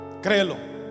créelo